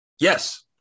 Yes